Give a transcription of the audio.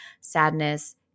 sadness